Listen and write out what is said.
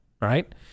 right